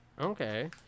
Okay